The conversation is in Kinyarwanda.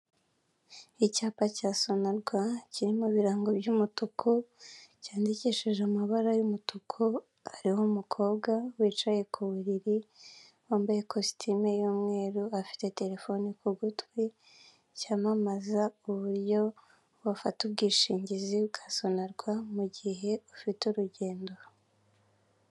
Uru ni urubuga rukorera kuri murandasi ndetse n'ikoranabuhanga, rushishikariza abantu kwaka inguzanyo. Hariho umusore wambaye ishati y'ubururu, agasatsi ke karasokoje, mu maso ye hari ibyishimo kubera ko ari guseka.